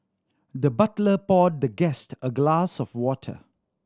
the butler poured the guest a glass of water